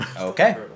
Okay